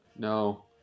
No